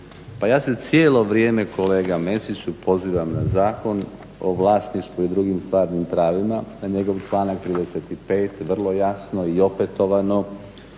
Pa ja se cijelo vrijeme kolega Mesiću pozivam na Zakon o vlasništvu i drugim stvarnim pravima, na njegov članak 35. vrlo jasno i opetovano